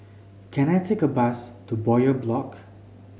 can I take a bus to Bowyer Block